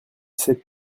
sais